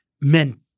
meant